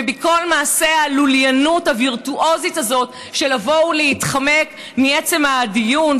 ומכל מעשי הלוליינות הווירטואוזית הזאת של לבוא ולהתחמק מעצם הדיון,